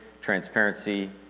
transparency